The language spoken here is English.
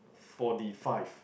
forty five